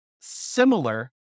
similar